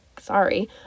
sorry